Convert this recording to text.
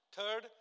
Third